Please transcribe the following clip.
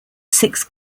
six